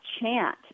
chant